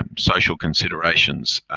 um social considerations.